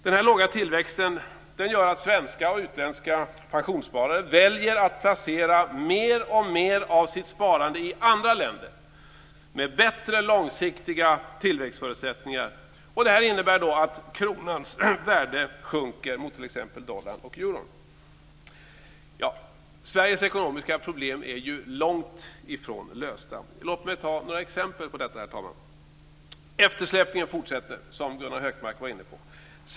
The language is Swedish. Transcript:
Den här låga tillväxten gör att svenska och utländska pensionssparare väljer att placera mer och mer av sitt sparande i andra länder med bättre långsiktiga tillväxtförutsättningar. Det innebär att kronans värde sjunker mot t.ex. dollarn och euron. Sveriges ekonomiska problem är ju långt ifrån lösta. Låt mig ta några exempel på detta, herr talman. Eftersläpningen fortsätter, som Gunnar Hökmark var inne på.